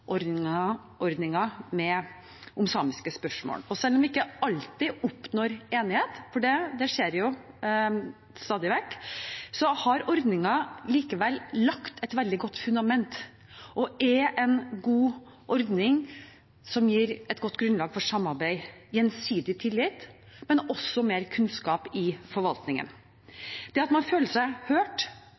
med konsultasjonsordningen om samiske spørsmål, og selv om vi ikke alltid oppnår enighet – for det skjer stadig vekk – har ordningen likevel lagt et veldig godt fundament. Det er en god ordning som gir et godt grunnlag for samarbeid, gjensidig tillit og mer kunnskap i forvaltningen. Det at man føler seg hørt,